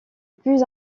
plus